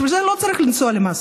בשביל זה לא צריך לנסוע למסקט.